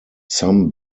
some